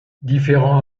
différents